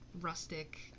rustic